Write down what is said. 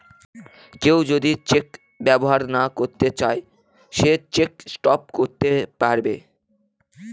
কেউ যদি চেক ব্যবহার না করতে চাই সে চেক স্টপ করতে পারবে